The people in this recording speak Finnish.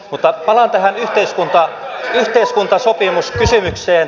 mutta palaan tähän yhteiskuntasopimuskysymykseen